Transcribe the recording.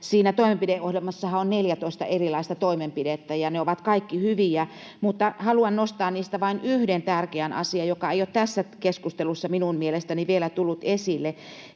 Siinä toimenpideohjelmassahan on 14 erilaista toimenpidettä, ja ne ovat kaikki hyviä, mutta haluan nostaa niistä vain yhden tärkeän asian, joka ei ole tässä keskustelussa minun mielestäni vielä tullut esille.